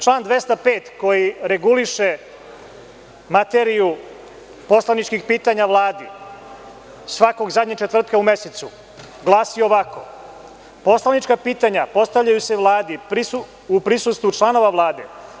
Član 205. koji reguliše materiju poslaničkih pitanja Vladi svakog zadnjeg četvrtka u mesecu glasi ovako – poslanička pitanja postavljaju se Vladi u prisustvu članova Vlade.